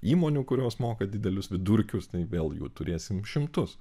įmonių kurios moka didelius vidurkius tai vėl jų turėsim šimtus